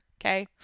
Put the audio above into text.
Okay